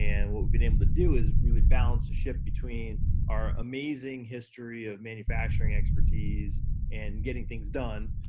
and what we've been able to do is, really balance the ship between our amazing history of manufacturing expertise and getting things done,